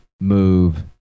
move